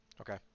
Okay